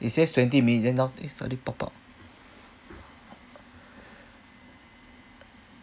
it says twenty million orh eh suddenly pop up